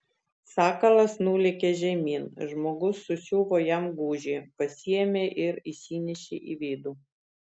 sakalas nulėkė žemyn žmogus susiuvo jam gūžį pasiėmė ir įsinešė į vidų